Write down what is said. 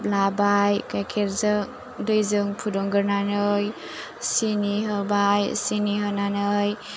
लाबाय गाइखेरजों दैजों फुदुंगोरनानै सिनि होबाय सिनि होनानै